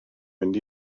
fynd